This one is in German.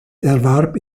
erwarb